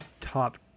top